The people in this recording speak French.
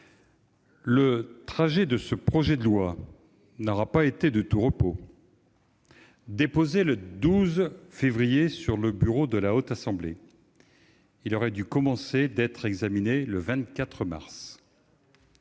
Le trajet de ce projet de loi n'aura pas été de tout repos. Déposé le 12 février sur le bureau de la Haute Assemblée, il aurait dû commencer d'être examiné le 24 mars.